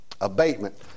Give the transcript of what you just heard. Abatement